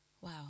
Wow